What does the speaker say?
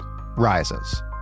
rises